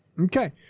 Okay